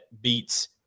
beats